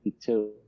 52